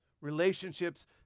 Relationships